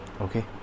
Okay